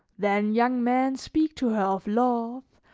then young men speak to her of love,